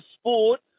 Sport